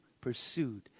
pursued